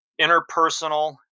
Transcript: interpersonal